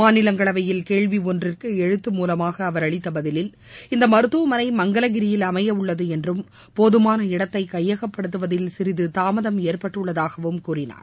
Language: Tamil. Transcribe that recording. மாநிலங்களவையில் கேள்வி ஒன்றிற்கு எழுத்து மூவமாக அவர் அளித்த பதிலில் இந்த மருத்துவமனை மங்கலகிரியில் அமையவுள்ளது என்றும் போதமான இடத்தை கையகப்படுத்துவதில் சிநிது தாமதம் ஏற்பட்டுள்ளதாகவும் கூறினார்